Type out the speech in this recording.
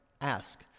ask